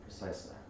Precisely